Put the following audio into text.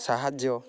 ସାହାଯ୍ୟ